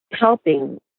helping